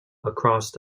across